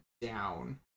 down